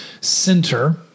center